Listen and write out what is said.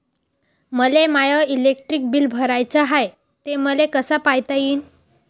मले my electric bill भराचं हाय, ते मले कस पायता येईन?